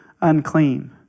unclean